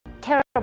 terrible